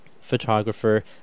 photographer